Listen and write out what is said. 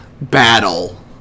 battle